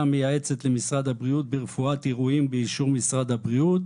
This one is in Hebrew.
המייעצת למשרד הבריאות --- באישור משרד הבריאות"